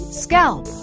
scalp